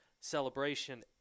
celebration